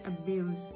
abuse